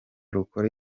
rukora